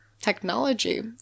technology